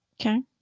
Okay